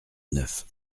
neuf